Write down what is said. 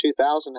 2000